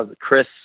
Chris